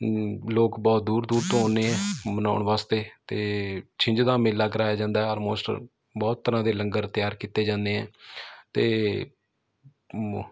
ਲੋਕ ਬਹੁਤ ਦੂਰ ਦੂਰ ਤੋਂ ਆਉਂਦੇ ਆ ਮਨਾਉਣ ਵਾਸਤੇ ਅਤੇ ਛਿੰਝ ਦਾ ਮੇਲਾ ਕਰਾਇਆ ਜਾਂਦਾ ਆਲਮੋਸਟ ਬਹੁਤ ਤਰ੍ਹਾਂ ਦੇ ਲੰਗਰ ਤਿਆਰ ਕੀਤੇ ਜਾਂਦੇ ਹੈ ਅਤੇ